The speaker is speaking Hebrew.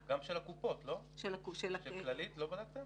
של כללית לא בדקתם?